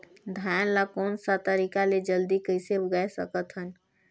धान ला कोन सा तरीका ले जल्दी कइसे उगाय सकथन?